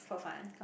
for fun